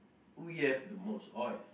we have the most oil